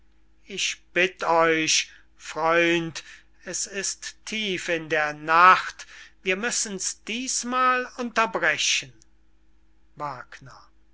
ich bitt euch freund es ist tief in der nacht wir müssen's dießmal unterbrechen